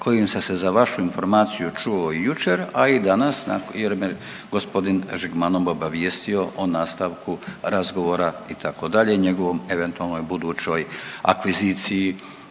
kojim sam se za vašu informaciju čuo i jučer, a i danas jer me gospodin Žigmanov obavijestio o nastavku razgovora itd., i njegovoj eventualnoj budućoj akviziciji